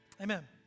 Amen